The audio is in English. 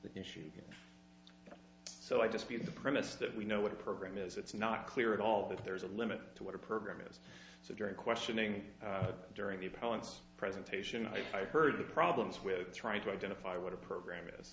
the issue so i just get the premise that we know what a program is it's not clear at all that there's a limit to what a program is so during questioning during the appellant's presentation i heard the problems with trying to identify what a program is